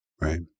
Right